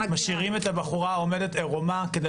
משאירים את הבחורה עומדת עירומה כדי